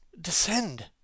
Descend